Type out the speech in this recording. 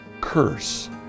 curse